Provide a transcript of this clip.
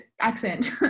accent